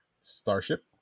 Starship